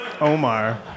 Omar